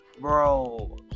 bro